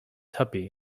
tuppy